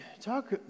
talk